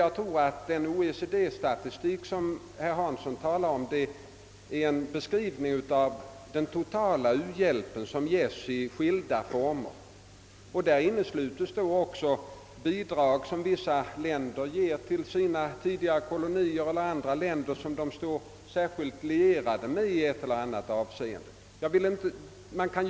Jag tror att den OECD-statistik, som herr Hansson hänvisar till, är en beskrivning av staternas totala u-hjälp i skilda former. Däri innesluts bidrag som vissa länder lämnar till sina tidigare kolonier eller andra stater, vilka de i ett eller annat avseende är särskilt lierade med.